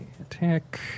Attack